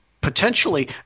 potentially